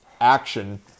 action